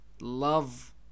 Love